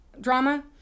drama